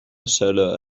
solo